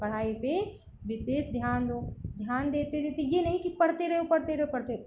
पढ़ाई पर विशेष ध्यान दो ध्यान देते देते यह नहीं कि पढ़ते रहो पढ़ते रहो पढ़ते